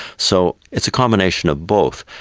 so it's a combination of both.